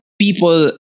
people